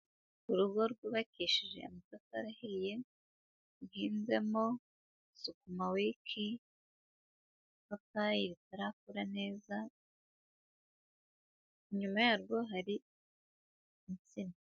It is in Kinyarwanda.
Urugo rwubakishije amatafari ahiye, ruhinzemo sukuma wiki, ipapayi ritarakura neza, inyuma yarwo hari insina.